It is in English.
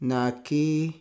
Naki